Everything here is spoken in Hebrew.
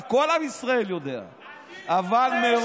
דרך אגב, כל עם ישראל יודע.